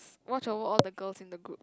watch over all the girls in group